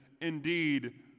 indeed